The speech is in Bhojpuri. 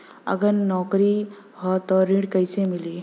अगर नौकरी ह त ऋण कैसे मिली?